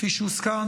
כפי שהוזכר,